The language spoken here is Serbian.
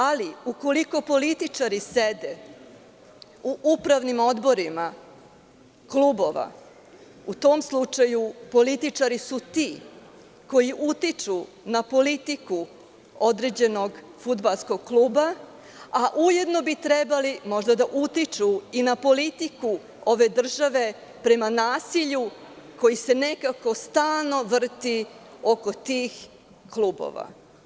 Ali, ukoliko političari sede u upravnim odborima klubova, u tom slučaju političari su ti koji utiču na politiku određenog fudbalskog kluba, a ujedno bi trebali možda da utiču i na politiku ove države prema nasilju koje se nekako stalno vrti oko tih klubova.